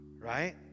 Right